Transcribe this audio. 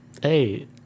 Hey